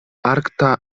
arkta